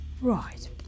Right